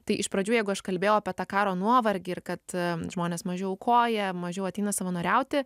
tai iš pradžių jeigu aš kalbėjau apie tą karo nuovargį ir kad žmonės mažiau aukoja mažiau ateina savanoriauti